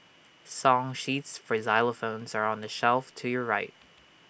song sheets for xylophones are on the shelf to your right